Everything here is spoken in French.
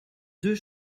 deux